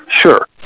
sure